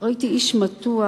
ראיתי איש מתוח,